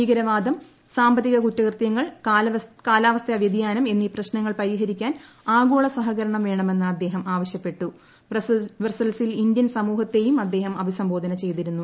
ഭീകരവാദം സാമ്പത്തിക കുറ്റകൃത്യങ്ങൾ കാലാവസ്ഥാ വൃതി യാനം എന്നീ പ്രശ്നങ്ങൾ പരിഹരിക്കാൻ ആഗോള സഹകരണം വേണമെന്ന് അദ്ദേഹം ആവശ്യപ്പെട്ടു പ്രബ്സിൽസിൽ ഇന്ത്യൻ സമൂ ഹത്തെയും അദ്ദേഹം അഭിസംബോധിന് ഉചയ്തിരുന്നു